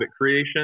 creation